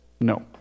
no